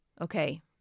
Okay